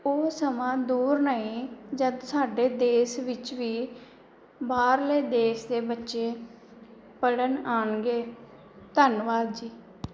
ਉਹ ਸਮਾਂ ਦੂਰ ਨਹੀਂ ਜਦ ਸਾਡੇ ਦੇਸ਼ ਵਿੱਚ ਵੀ ਬਾਹਰਲੇ ਦੇਸ਼ ਦੇ ਬੱਚੇ ਪੜ੍ਹਨ ਆਉਣਗੇ ਧੰਨਵਾਦ ਜੀ